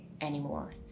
anymore